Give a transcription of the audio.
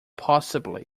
possibly